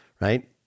Right